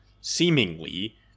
seemingly